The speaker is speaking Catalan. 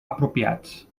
apropiats